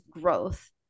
growth